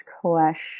question